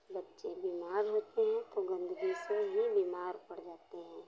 बच्चे बीमार होते हैं तो गंदगी से ही बीमार पड़ जाते हैं